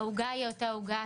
העוגה היא אותה עוגה,